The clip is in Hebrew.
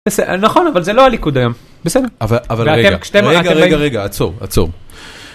נכון אבל זה לא הליכוד היום, בסדר. אבל, אבל רגע. רגע רגע עצור עצור.